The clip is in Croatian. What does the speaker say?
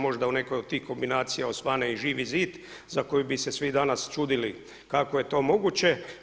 Možda u nekoj od tih kombinacija osvane i Živi zid za koju bi se svi danas čudili kako je to moguće.